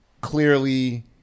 clearly